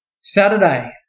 Saturday